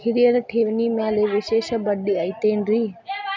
ಹಿರಿಯರ ಠೇವಣಿ ಮ್ಯಾಲೆ ವಿಶೇಷ ಬಡ್ಡಿ ಐತೇನ್ರಿ?